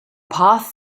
path